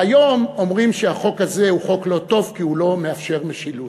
והיום אומרים שהחוק הזה הוא חוק לא טוב כי הוא לא מאפשר משילות.